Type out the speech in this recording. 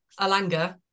Alanga